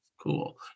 Cool